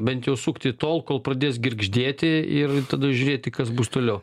bent jau sukti tol kol pradės girgždėti ir tada žiūrėti kas bus toliau